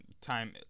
time